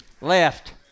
Left